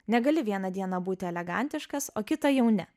negali vieną dieną būti elegantiškas o kitą jau ne